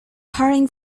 hurrying